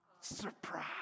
Surprise